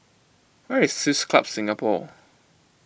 where is Swiss Club Singapore